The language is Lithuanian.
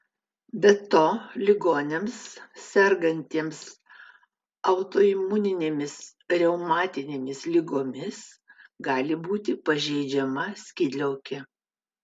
be to ligoniams sergantiems autoimuninėmis reumatinėmis ligomis gali būti pažeidžiama skydliaukė